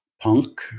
punk